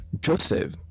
Joseph